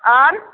और